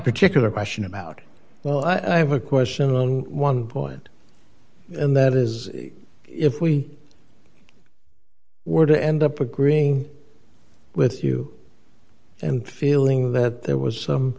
particular question about well i have a question on one point and that is if we were to end up agreeing with you and feeling that there was some